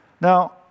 Now